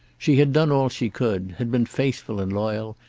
she had done all she could, had been faithful and loyal,